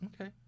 Okay